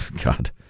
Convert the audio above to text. God